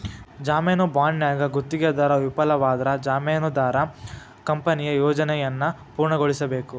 ಜಾಮೇನು ಬಾಂಡ್ನ್ಯಾಗ ಗುತ್ತಿಗೆದಾರ ವಿಫಲವಾದ್ರ ಜಾಮೇನದಾರ ಕಂಪನಿಯ ಯೋಜನೆಯನ್ನ ಪೂರ್ಣಗೊಳಿಸಬೇಕ